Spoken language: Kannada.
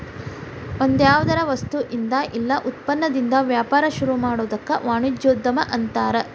ಒಂದ್ಯಾವ್ದರ ವಸ್ತುಇಂದಾ ಇಲ್ಲಾ ಉತ್ಪನ್ನದಿಂದಾ ವ್ಯಾಪಾರ ಶುರುಮಾಡೊದಕ್ಕ ವಾಣಿಜ್ಯೊದ್ಯಮ ಅನ್ತಾರ